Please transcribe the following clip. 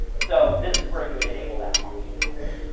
so this is where you would enable that functionality.